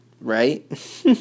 right